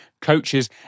coaches